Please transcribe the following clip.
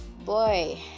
boy